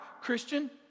Christian